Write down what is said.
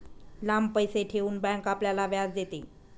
लांब पैसे ठेवून बँक आपल्याला व्याज देते